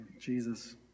Jesus